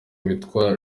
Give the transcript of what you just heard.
witwa